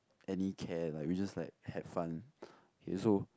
any care like we just like have fun okay so